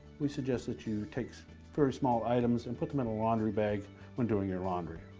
we suggest that you take so very small items and put them in a laundry bag when doing your laundry.